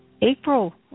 April